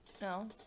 No